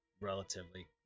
relatively